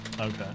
Okay